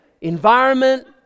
environment